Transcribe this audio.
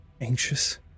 anxious